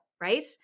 right